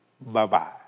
Bye-bye